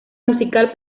musical